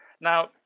now